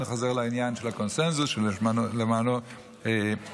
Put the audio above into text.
אני חוזר לעניין של הקונסנזוס שלמענו התכנסנו.